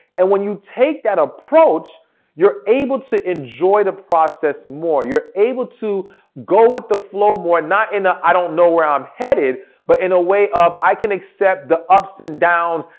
and when you take that approach you're able to enjoy the process more, you're able to go with the flow more, not in the i don't know where i'm headed but in a way of i can accept the ups and downs,